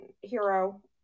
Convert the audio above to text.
Hero